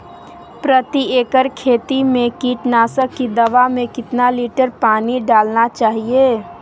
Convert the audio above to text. प्रति एकड़ खेती में कीटनाशक की दवा में कितना लीटर पानी डालना चाइए?